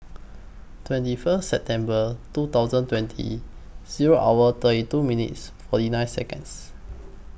twenty First September two thousand twenty Zero hour thirty two minutes forty nine Seconds